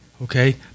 Okay